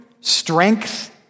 strength